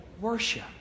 worship